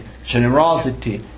generosity